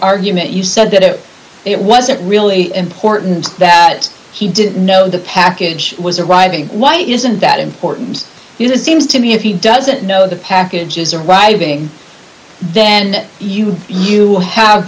argument you said that it it wasn't really important that he didn't know the package was arriving why isn't that important you know it seems to me if he doesn't know the package is arriving then you you have